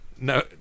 no